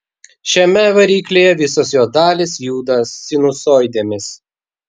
šiame variklyje visos jo dalys juda sinusoidėmis